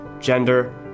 gender